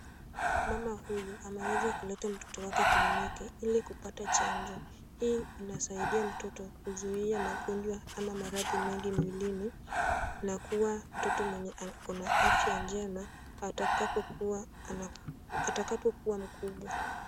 Mama huyu anaweza kuleta mtoto wake kliniki ili kupata chanjo. Hii inasaidia mtoto kuzuia magonjwa ama maradhi mengi mwilini na kuwa mtoto mwenye ako na afya njema atakapokuwa mkubwa.